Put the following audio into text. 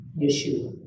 Yeshua